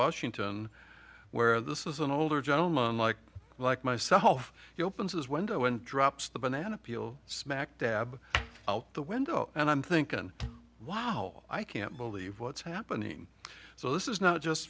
washington where this is an older gentleman like like myself he opens his window and drops the banana peel smack dab out the window and i'm thinking wow i can't believe what's happening so this is not just